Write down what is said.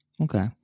Okay